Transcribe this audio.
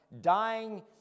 dying